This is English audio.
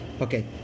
Okay